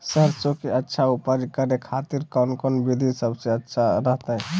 सरसों के अच्छा उपज करे खातिर कौन कौन विधि सबसे अच्छा रहतय?